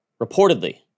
reportedly